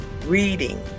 reading